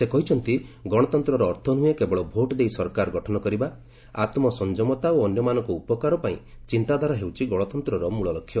ସେ କହିଛନ୍ତି ଗଣତନ୍ତ୍ରର ଅର୍ଥ ନୁହେଁ କେବଳ ଭୋଟ ଦେଇ ସରକାର ଗଠନ କରିବା ଆତ୍ମ ସଂଯମତା ଓ ଅନ୍ୟମାନଙ୍କର ଉପକାର ପାଇଁ ଚିନ୍ତାଧାରା ହେଉଛି ଗଣତନ୍ତ୍ରର ମୂଳ ଲକ୍ଷ୍ୟ